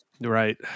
Right